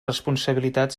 responsabilitat